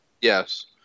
Yes